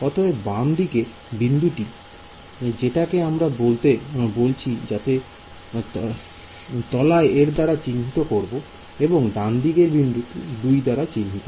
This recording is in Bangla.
অতএব বামদিকে বিন্দুটি যেটাকে আমরা বলছি যাতে তলায় এক দ্বারা চিহ্নিত এবং ডানদিকের বিন্দুতে দুই দাঁড়া চিহ্নিত